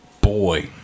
boy